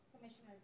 Commissioner